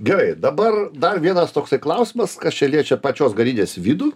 gerai dabar dar vienas toksai klausimas kas čia liečia pačios garinės vidų